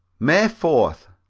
may fourth.